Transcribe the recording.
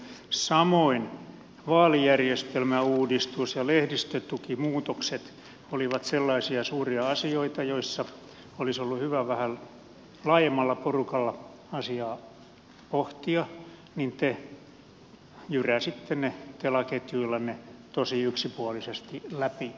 samoin vaalijärjestelmäuudistus ja lehdistötukimuutokset olivat sellaisia suuria asioita joissa olisi ollut hyvä vähän laajemmalla porukalla asiaa pohtia mutta te jyräsitte ne telaketjuillanne tosi yksipuolisesti läpi